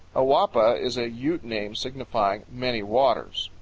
awapa is a ute name signifying many waters.